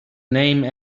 name